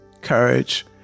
courage